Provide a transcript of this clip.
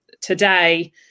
today